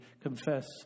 confess